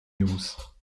news